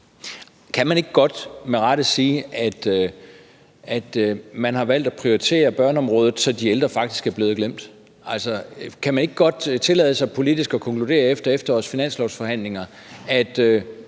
Kan man ikke godt med rette sige, at man har valgt at prioritere børneområdet, så de ældre faktisk er blevet glemt? Kan man ikke godt tillade sig politisk at konkludere efter efterårets finanslovsforhandlinger, at